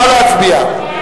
נא להצביע.